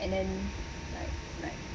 and then like like